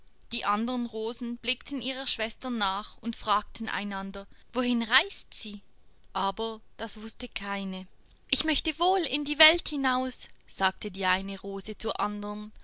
die andern rosen blickten ihrer schwester nach und fragten einander wohin reist sie aber das wußte keine ich möchte wohl in die welt hinaus sagte die eine rose zur andern